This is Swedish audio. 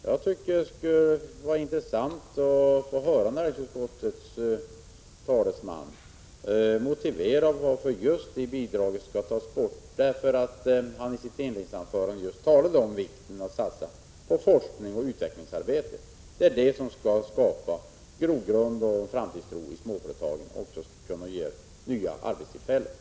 Jag tycker det skulle vara intressant att höra näringsutskottets talesman motivera varför just forskningsbidragen till småföretagen skall tas bort; han talade i sitt inledningsanförande just om vikten av att satsa på forskning och utvecklingsarbete. Det skall utgöra grogrunden för framtidstron i småföretagen och kunna ge nya arbetstillfällen.